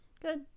good